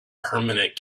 permanent